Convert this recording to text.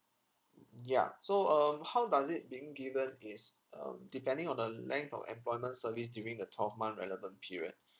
ya so um how does it being given is um depending on the length of employment service during the twelve month relevant period